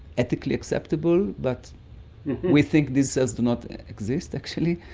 ethically acceptable, but we think these cells do not exist actually,